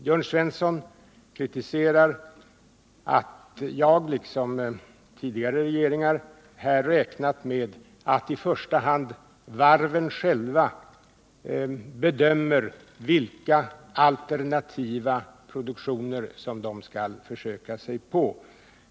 Jörn Svensson kritiserar att jag och den nuvarande regeringen, liksom tidigare regeringar, har räknat med att i första hand varven själva bedömer vilka alternativa produktioner som de skall försöka sig på.